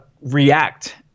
react